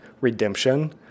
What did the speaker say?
redemption